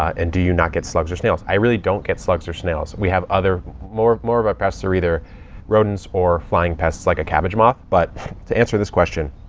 and do you not get slugs or snails? i really don't get slugs or snails. we have other more, more of our pests are either rodents or flying pests, like a cabbage moth. but to answer this question